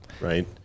right